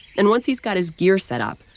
and once he's got his gear set up,